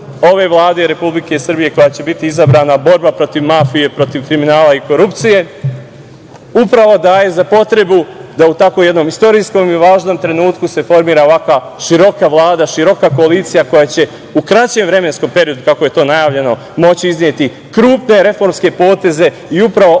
ove Vlade Republike Srbije koja će biti izabrana borba protiv mafije, protiv kriminala i korupcije, upravo daje za potrebu da u tako jednom istorijskom i važnom trenutku se formira ovakva široka Vlada, široka koalicija koja će u kraćem vremenskom periodu, kako je to najavljeno, moći izneti krupne reformske poteze. Upravo